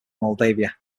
moldavia